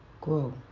grow